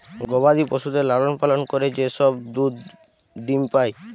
গবাদি পশুদের লালন পালন করে যে সব দুধ ডিম্ পাই